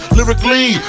Lyrically